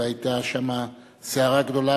והיתה שם סערה גדולה,